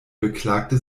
beklagte